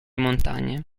montagne